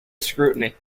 scrutiny